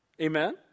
Amen